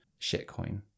shitcoin